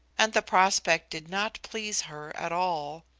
and the prospect did not please her at all.